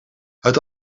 het